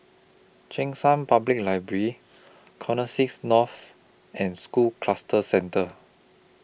Cheng San Public Library Connexis North and School Cluster Centre